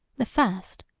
the first,